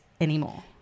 anymore